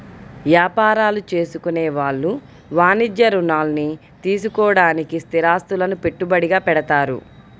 యాపారాలు చేసుకునే వాళ్ళు వాణిజ్య రుణాల్ని తీసుకోడానికి స్థిరాస్తులను పెట్టుబడిగా పెడతారు